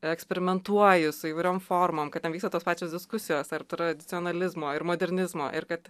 eksperimentuoji su įvairiom formom kad ten vyksta tos pačios diskusijos ar tradicionalizmo ir modernizmo ir kad